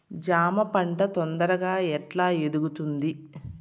జామ పంట తొందరగా ఎట్లా ఎదుగుతుంది?